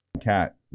cat